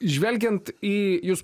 žvelgiant į jus